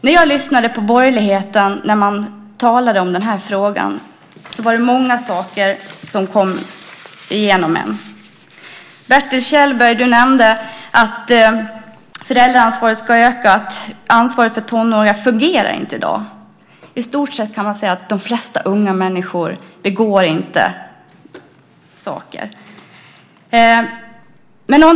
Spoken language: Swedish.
När jag lyssnade på när de borgerliga talade om den här frågan var det många saker som kom för mig. Bertil Kjellberg nämnde att föräldraansvaret ska öka och att ansvaret för tonåringar inte fungerar i dag. I stort sett kan man säga att de flesta unga människor inte begår brott eller gör saker.